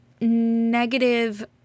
negative